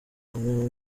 umwe